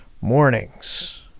mornings